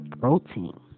protein